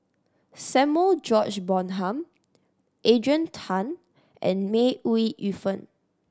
Samuel George Bonham Adrian Tan and May Ooi Yu Fen